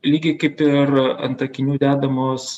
lygiai kaip ir ant akinių dedamos